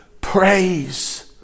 praise